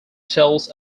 sales